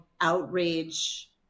outrage